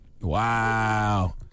Wow